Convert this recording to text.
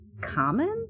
common